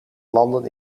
landen